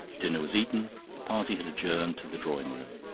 dinner was eaten the party had adjourned to the drawing-room.